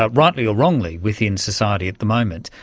ah rightly or wrongly, within society at the moment,